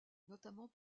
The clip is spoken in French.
notamment